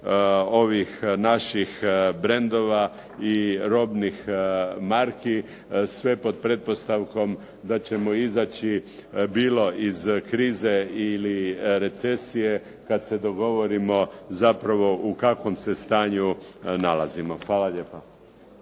ovih naših brendova i robnih marki sve pod pretpostavkom da ćemo izaći bilo iz krize ili recesije kad se dogovorimo zapravo u kakvom se stanju nalazimo. Hvala lijepa.